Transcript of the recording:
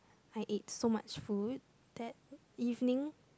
I ate so much food that evening